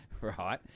right